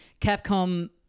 Capcom